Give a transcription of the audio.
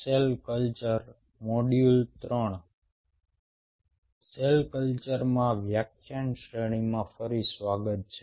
cell કલ્ચરમાં વ્યાખ્યાન શ્રેણીમાં ફરી સ્વાગત છે